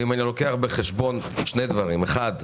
אם אני לוקח בחשבון שני דברים: אחד,